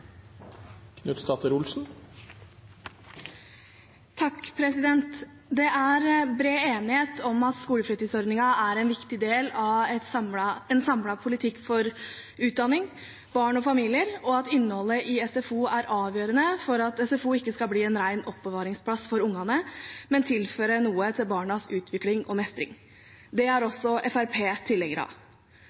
en viktig del av en samlet politikk for utdanning, barn og familier, og at innholdet i SFO er avgjørende for at SFO ikke skal bli en ren oppbevaringsplass for ungene, men tilføre noe til barnas utvikling og mestring. Det er også Fremskrittspartiet tilhenger av.